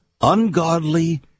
ungodly